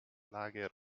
lager